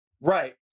Right